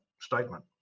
statement